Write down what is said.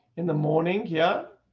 in the morning, yeah.